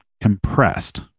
compressed